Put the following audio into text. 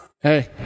Hey